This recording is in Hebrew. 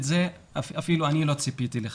את זה אפילו אני לא ציפיתי לכך.